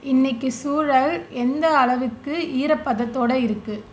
இன்னைக்கு சூழல் எந்த அளவுக்கு ஈரப்பதத்தோடு இருக்குது